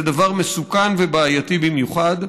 זה דבר מסוכן ובעייתי במיוחד.